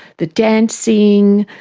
the dancing,